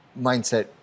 mindset